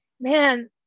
Man